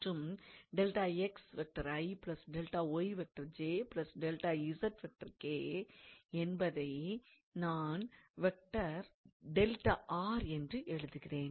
மற்றும் என்பதை நான் என்று எழுதுகிறேன்